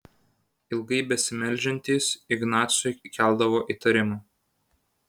ilgai besimeldžiantys ignacui keldavo įtarimą